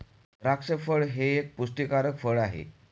द्राक्ष फळ हे एक पुष्टीकारक फळ आहे